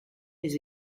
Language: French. les